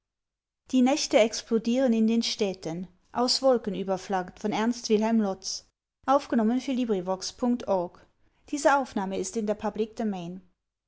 die nächte explodieren in den städten